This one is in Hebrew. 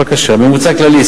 בבקשה: ממוצע כללי,